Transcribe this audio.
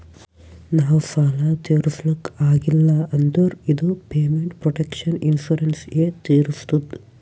ನಾವ್ ಸಾಲ ತಿರುಸ್ಲಕ್ ಆಗಿಲ್ಲ ಅಂದುರ್ ಇದು ಪೇಮೆಂಟ್ ಪ್ರೊಟೆಕ್ಷನ್ ಇನ್ಸೂರೆನ್ಸ್ ಎ ತಿರುಸ್ತುದ್